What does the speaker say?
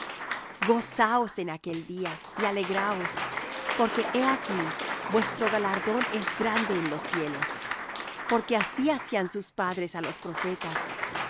gozaos en aquel día y alegraos porque he aquí vuestro galardón es grande en los cielos porque así hacían sus padres á los profetas